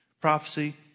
prophecy